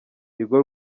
tigo